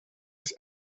des